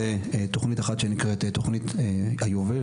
תכנית אחת נקראת תכנית היובל,